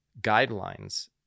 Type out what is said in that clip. guidelines